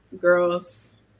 girls